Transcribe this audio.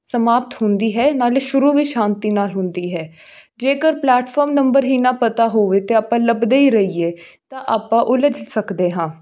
ਸਮਾਪਤ ਹੁੰਦੀ ਹੈ ਨਾਲੇ ਸ਼ੁਰੂ ਵੀ ਸ਼ਾਂਤੀ ਨਾਲ ਹੁੰਦੀ ਹੈ ਜੇਕਰ ਪਲੈਟਫੋਰਮ ਨੰਬਰ ਹੀ ਨਾ ਪਤਾ ਹੋਵੇ ਅਤੇ ਆਪਾਂ ਲੱਭਦੇ ਹੀ ਰਹੀਏ ਤਾਂ ਆਪਾਂ ਉਲਝ ਸਕਦੇ ਹਾਂ